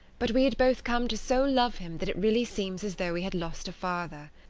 but we had both come to so love him that it really seems as though we had lost a father.